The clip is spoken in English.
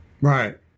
Right